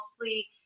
mostly